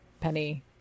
Penny